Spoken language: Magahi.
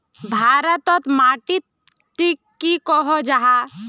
भारत तोत माटित टिक की कोहो जाहा?